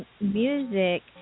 music